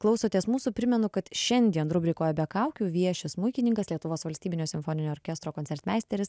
klausotės mūsų primenu kad šiandien rubrikoje be kaukių vieši smuikininkas lietuvos valstybinio simfoninio orkestro koncertmeisteris